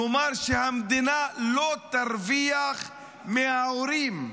כלומר שהמדינה לא תרוויח מההורים.